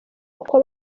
uko